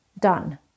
done